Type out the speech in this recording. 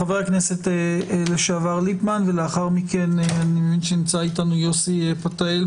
חבר הכנסת לשעבר ליפמן ואחר כך יוסי פתאל,